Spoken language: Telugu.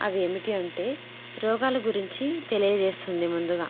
అవి ఏమిటి అంటే రోగాల గురించి తెలియజేస్తుంది ముందుగా